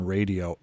Radio